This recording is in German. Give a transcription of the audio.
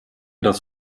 das